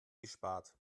gespart